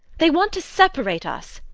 they want to separate us!